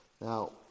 Now